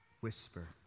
whisper